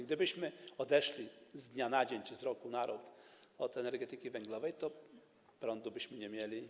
Gdybyśmy odeszli z dnia na dzień czy z roku na rok od energetyki węglowej, to prądu byśmy nie mieli.